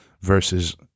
versus